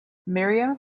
miriam